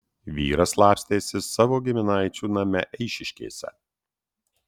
vyras slapstėsi savo giminaičių name eišiškėse